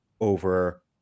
over